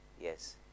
Yes